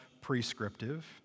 prescriptive